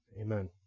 Amen